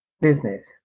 business